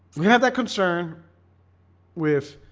we had that concern with